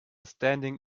standing